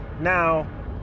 Now